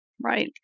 Right